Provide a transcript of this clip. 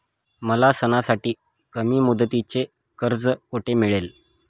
मला सणासाठी कमी मुदतीचे कर्ज कोठे मिळेल?